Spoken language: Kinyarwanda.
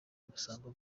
ubusambo